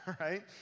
right